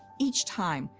each time,